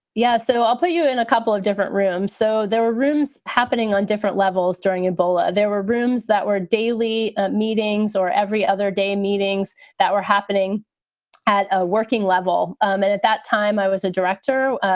yeah, so i'll put you in a couple of different rooms so there are rooms happening on different levels during ebola. there were rooms that were daily ah meetings or every other day meetings that were happening at a working level. um and at that time i was a director,